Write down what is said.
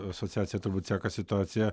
asociacija turbūt seka situaciją